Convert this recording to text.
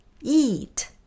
Eat